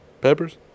Peppers